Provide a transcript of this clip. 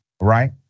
right